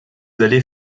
allées